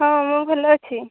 ହଁ ମୁଁ ଭଲ ଅଛି